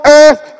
earth